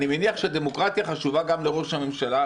אני מניח שהדמוקרטיה חשובה גם לראש הממשלה.